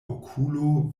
okulo